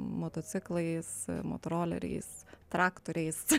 motociklais motoroleriais traktoriais